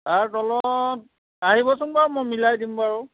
তাৰ তলত আহিবচোন বাৰু মই মিলাই দিম বাৰু